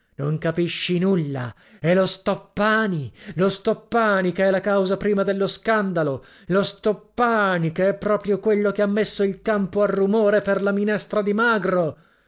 non capisci nulla e lo stoppani lo stoppani che è la causa prima dello scandalo lo stoppani che è proprio quello che ha messo il campo a rumore per la minestra di magro